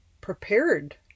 prepared